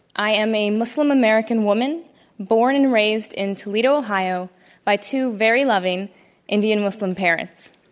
i am a muslim american woman born and raised in toledo, ohio by two very loving indian muslim parents.